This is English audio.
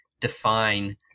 define